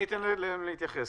אני אתן להם להתייחס.